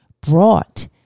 brought